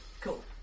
Cool